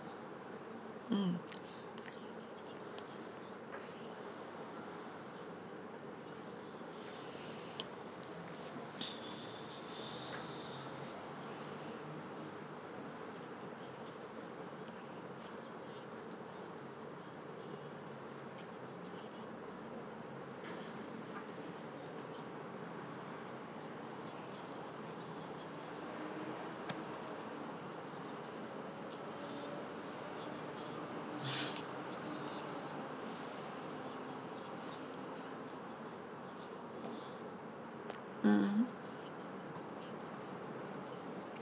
mm mm